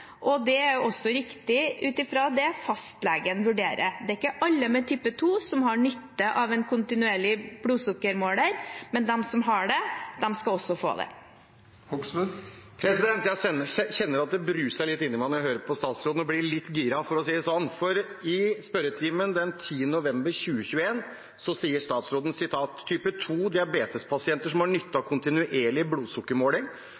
er også riktig ut fra det fastlegen vurderer. Det er ikke alle med type 2 som har nytte av en kontinuerlig blodsukkermåler, men de som har det, skal få det. Jeg kjenner at det bruser litt inni meg når jeg hører på statsråden – jeg blir litt gira, for å si det sånn. I spørretimen den 10. november 2021 sa statsråden: type 2-diabetespasienter som har